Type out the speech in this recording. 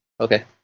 Okay